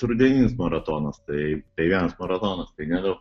rudeninis maratonas tai tai vienas maratonas tai nedaug